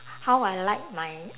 how I like my